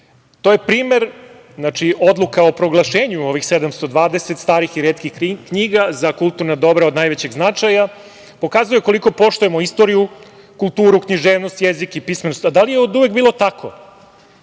To je primer, odluka o proglašenju ovih 720 starih i retkih knjiga za kulturna dobra od najvećeg značaja, pokazuje koliko poštujemo istoriju, kulturu, književnost, jezik i pismenost. Da li je oduvek bilo tako?